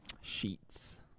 Sheets